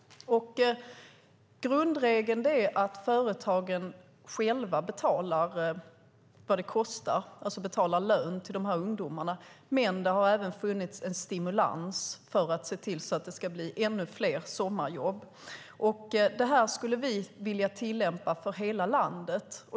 Grundregeln är att företagen själva betalar vad det kostar, det vill säga lön till ungdomarna, men det har även funnits en stimulans för att se till att det ska bli ännu fler sommarjobb. Det här skulle vi vilja tillämpa för hela landet.